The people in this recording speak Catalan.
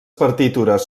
partitures